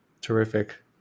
Terrific